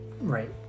Right